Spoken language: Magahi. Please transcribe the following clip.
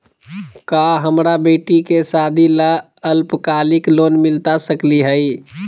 का हमरा बेटी के सादी ला अल्पकालिक लोन मिलता सकली हई?